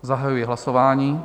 Zahajuji hlasování.